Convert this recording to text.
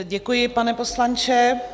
Děkuji, pane poslanče.